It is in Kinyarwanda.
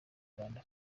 rwanda